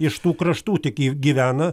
iš tų kraštų tik jie gyvena